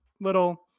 little